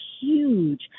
huge